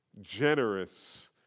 generous